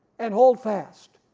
and hold fast,